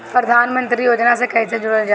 प्रधानमंत्री योजना से कैसे जुड़ल जाइ?